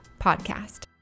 podcast